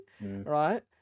Right